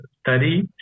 study